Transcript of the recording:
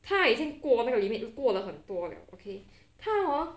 他已经过那个 limit 过了很多 liao okay 他 hor